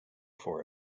for